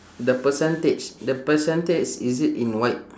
the percentage the percentage is it in white